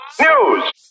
News